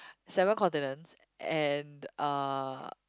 seven continents and uh